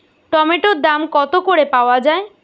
টমেটোর দাম কত করে পাওয়া যায়?